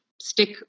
stick